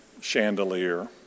chandelier